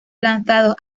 lanzados